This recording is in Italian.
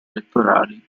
elettorali